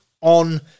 on